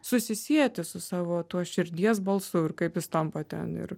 susisieti su savo tuo širdies balsu ir kaip jis tampa ten ir